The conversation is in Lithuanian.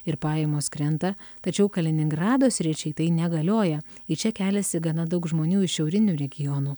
ir pajamos krenta tačiau kaliningrado sričiai tai negalioja į čia keliasi gana daug žmonių iš šiaurinių regionų